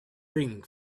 ring